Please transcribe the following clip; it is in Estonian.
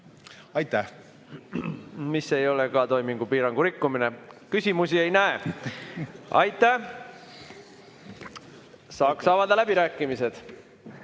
Aitäh! Mis ei ole ka toimingupiirangu rikkumine. Küsimusi ei näe. Aitäh! Saaks avada läbirääkimised.